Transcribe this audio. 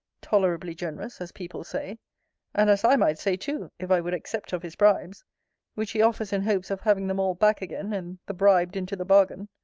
tolerably generous, as people say and as i might say too, if i would accept of his bribes which he offers in hopes of having them all back again, and the bribed into the bargain.